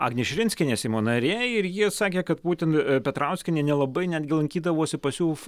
agnė širinskienė seimo narė ir ji sakė kad būtent petrauskienė nelabai netgi lankydavosi pas jų